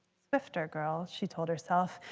swifter, girl, she told herself.